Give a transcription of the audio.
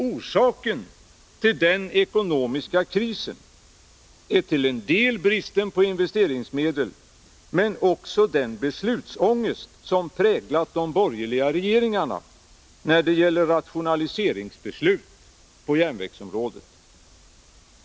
Orsaken till den ekonomiska krisen är till en del bristen på investeringsmedel men också den beslutsångest som präglat de borgerliga regeringarna när det gäller rationaliseringsbeslut på järnvägsområdet.